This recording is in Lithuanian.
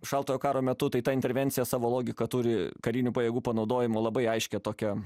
šaltojo karo metu tai ta intervencija savo logiką turi karinių pajėgų panaudojimo labai aiškią tokią